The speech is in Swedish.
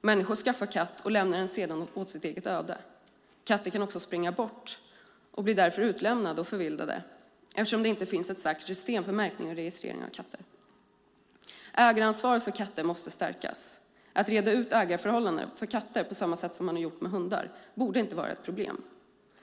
Människor skaffar katt och lämnar den sedan åt sitt öde. Katter kan dessutom springa bort och blir därför utlämnade och förvildade eftersom det inte finns ett särskilt system för märkning och registrering av katter. Ägaransvaret för katter måste stärkas. Att reda ut ägarförhållandena för katter, på samma sätt som gjorts för hundar, borde inte vara ett problem.